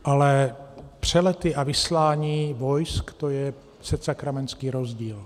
Ale přelety a vyslání vojsk, to je setsakramentský rozdíl.